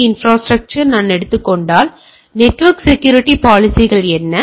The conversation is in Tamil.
டி இன்ப்ராஸ்ட்ரக்சர் நான் எடுத்துக் கொண்டால் நெட்வொர்க் செக்யூரிட்டி பாலிசிகள் என்ன